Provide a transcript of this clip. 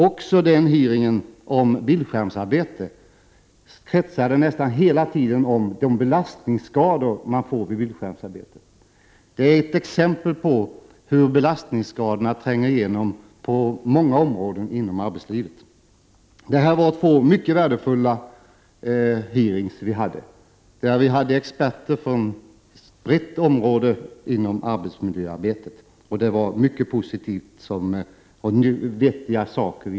Även den hearing som handlade om bildskärmsarbete kretsade nästan hela tiden kring de belastningsskador man får vid sådant arbete. Det är ett exempel på hur belastningsskadorna tränger igenom på många områden inom arbetslivet. Det här var två mycket värdefulla hearingar. I hearingarna deltog experter från ett brett område inom arbetsmiljöarbetet, och vi fick fram många positiva och vettiga saker.